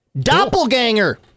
Doppelganger